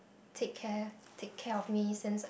take care take care of me since